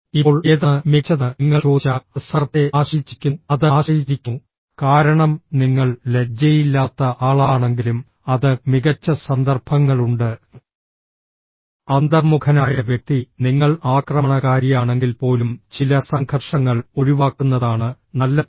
ഇപ്പോൾ ഏതാണ് മികച്ചതെന്ന് നിങ്ങൾ ചോദിച്ചാൽ അത് സന്ദർഭത്തെ ആശ്രയിച്ചിരിക്കുന്നു അത് ആശ്രയിച്ചിരിക്കുന്നു കാരണം നിങ്ങൾ ലജ്ജയില്ലാത്ത ആളാണെങ്കിലും അത് മികച്ച സന്ദർഭങ്ങളുണ്ട് അന്തർമുഖനായ വ്യക്തി നിങ്ങൾ ആക്രമണകാരിയാണെങ്കിൽപ്പോലും ചില സംഘർഷങ്ങൾ ഒഴിവാക്കുന്നതാണ് നല്ലത്